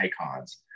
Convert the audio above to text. icons